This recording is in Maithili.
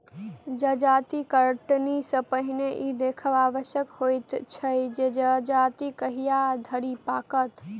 जजाति कटनी सॅ पहिने ई देखब आवश्यक होइत छै जे जजाति कहिया धरि पाकत